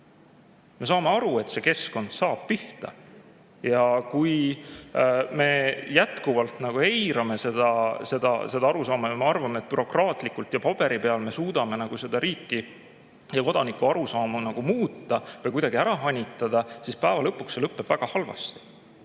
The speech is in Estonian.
Me saame aru, et keskkond saab pihta. Kui me jätkuvalt eirame seda arusaama ja arvame, et bürokraatlikult ja paberi peal me suudame seda riiki ja kodanike arusaamu muuta või kuidagi ära hanitada, siis päeva lõpuks lõpeb see väga halvasti.